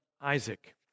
Isaac